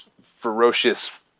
ferocious